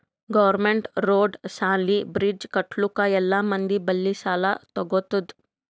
government road, ಸಾಲಿ, bridge ಕಟ್ಟಲುಕ್ ಎಲ್ಲಾ ಮಂದಿ ಬಲ್ಲಿ ಸಾಲಾ ತಗೊತ್ತುದ್